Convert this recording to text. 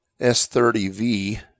S30V